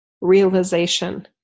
realization